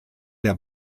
der